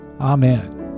Amen